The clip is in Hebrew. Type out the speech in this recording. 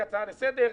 כהצעה לסדר,